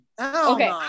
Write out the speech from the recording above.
Okay